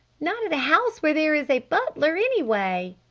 not at a house where there is a butler. anyway!